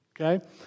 okay